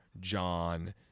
John